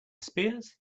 spears